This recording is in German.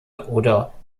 oder